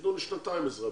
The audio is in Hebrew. שייתנו לשנתיים עזרה?